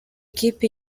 kipe